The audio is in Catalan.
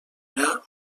era